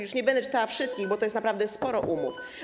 Już nie będę czytała wszystkich, bo to jest naprawdę sporo umów.